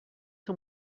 são